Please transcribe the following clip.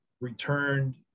returned